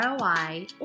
ROI